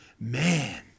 Man